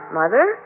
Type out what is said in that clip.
mother